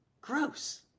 Gross